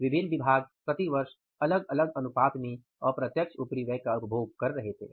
विभिन्न विभाग प्रति वर्ष अलग अलग अनुपात में अप्रत्यक्ष उपरिव्यय का उपभोग कर रहे थे